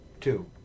two